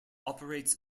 operates